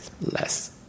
less